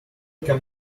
come